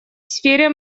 сфере